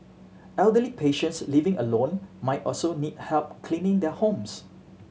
elderly patients living alone might also need help cleaning their homes